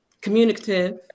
communicative